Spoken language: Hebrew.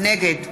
נגד